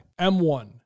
M1